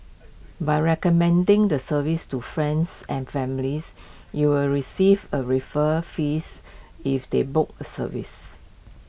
by recommending the service to friends and families you will receive A referral fees if they book A service